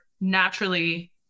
naturally